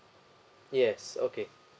yes okay